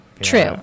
True